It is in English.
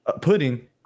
Pudding